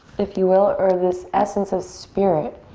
if you will, or this essence of spirit.